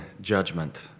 judgment